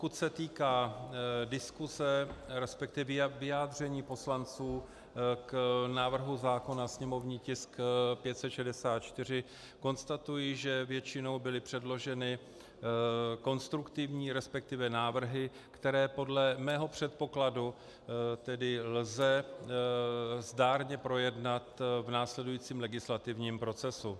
Pokud se týká diskuse, respektive vyjádření poslanců k návrhu zákona, sněmovní tisk 564, konstatuji, že většinou byly předloženy konstruktivní, respektive návrhy, které podle mého předpokladu tedy lze zdárně projednat v následujícím legislativním procesu.